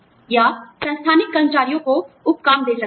या संस्थानिक कर्मचारियों को उप काम दे सकते हैं